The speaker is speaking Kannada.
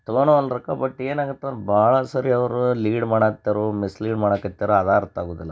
ತೊಗೊಳೋ ರೊಕ್ಕ ಬಟ್ ಏನಾಗತ್ತೆ ಭಾಳ ಸಾರಿ ಅವರು ಲೀಡ್ ಮಾಡಾತ್ತರೋ ಮಿಸ್ಲೀಡ್ ಮಾಡಕತ್ತ್ಯರಾ ಅದು ಅರ್ಥಾಗುದಿಲ್ಲ